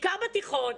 בעיקר בתיכון,